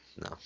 No